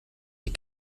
die